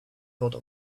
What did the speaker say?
thought